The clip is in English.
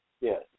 Yes